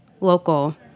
local